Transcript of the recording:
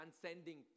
transcending